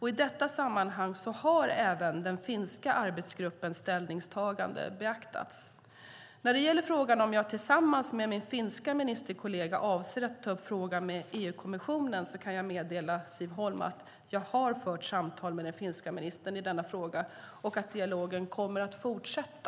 I detta sammanhang har även den finska arbetsgruppens ställningstagande beaktats. När det gäller frågan om jag tillsammans med min finska ministerkollega avser att ta upp frågan med EU-kommissionen kan jag meddela Siv Holma att jag har fört samtal med den finska ministern i denna fråga och att dialogen kommer att fortsätta.